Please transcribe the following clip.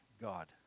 God